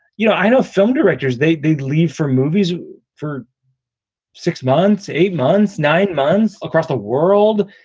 you know, i know film directors. they did leave for movies for six months, eight months, nine months across the world.